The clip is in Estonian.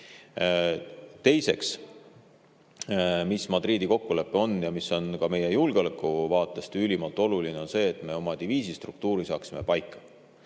mis Madridi kokkulepe on ja mis on ka meie julgeoleku vaatest ülimalt oluline, on see, et me oma diviisistruktuuri saaksime paika.